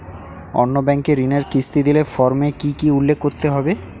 অন্য ব্যাঙ্কে ঋণের কিস্তি দিলে ফর্মে কি কী উল্লেখ করতে হবে?